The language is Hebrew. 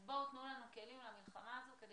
אז בואו תנו לנו כלים למלחמה הזאת, כדי